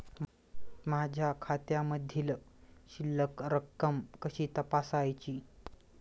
माझ्या खात्यामधील शिल्लक रक्कम कशी तपासायची?